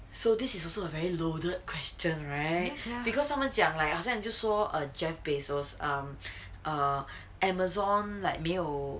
so this is also a very loaded question right because someone 讲好像讲 like jeff bezos um err Amazon like 没有